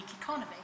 economy